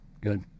Good